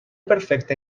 perfecte